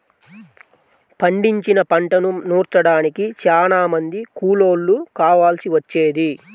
పండించిన పంటను నూర్చడానికి చానా మంది కూలోళ్ళు కావాల్సి వచ్చేది